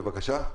בבקשה.